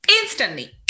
Instantly